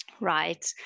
right